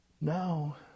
Now